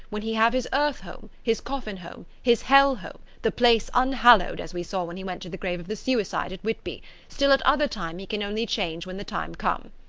when he have his earth-home, his coffin-home, his hell-home, the place unhallowed, as we saw when he went to the grave of the suicide at whitby still at other time he can only change when the time come.